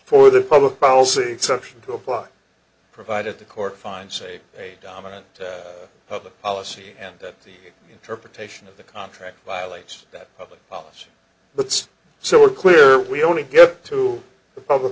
for the public policy exception to apply provided the court finds say a dominant public policy and that the interpretation of the contract violates that public policy but it's so clear we only get to a public